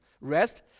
rest